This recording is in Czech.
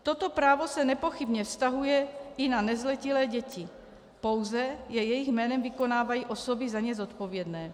Toto právo se nepochybně vztahuje i na nezletilé děti, pouze je jejich jménem vykonávají osoby za ně zodpovědné.